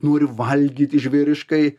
nori valgyti žvėriškai